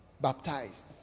baptized